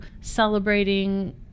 celebrating